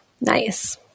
nice